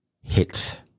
hit